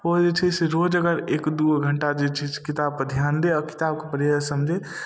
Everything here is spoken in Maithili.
ओ जे छै से रोज अगर एक दूओ घण्टा जे छै से किताबपर ध्यान दै आओर किताबके बढ़िआँसँ समझै